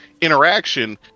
interaction